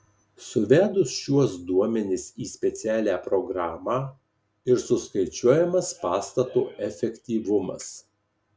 suvedus šiuos duomenis į specialią programą ir suskaičiuojamas pastato efektyvumas